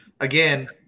again